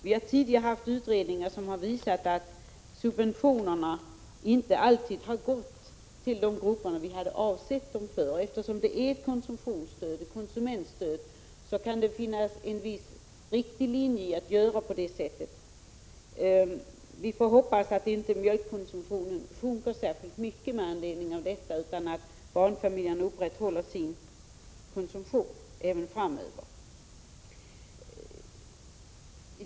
Vi har tidigare gjort utredningar som visat att subventionerna inte alltid gått till de grupper vi hade avsett dem för, och eftersom det handlar om ett konsumentstöd kan det finnas anledning att göra på detta sätt. Vi får hoppas att inte mjölkkonsumtionen sjunker särskilt mycket med anledning av detta, utan att barnfamiljerna upprätthåller sin konsumtion även framöver.